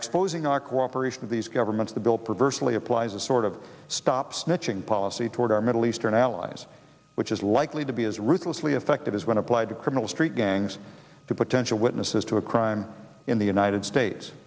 exposing our cooperation of these governments the bill perversely applies a sort of stop snitching policy toward our middle eastern allies which is likely to be as ruthlessly effective as when applied to criminal street gangs to potential witnesses to a crime in the united states